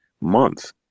month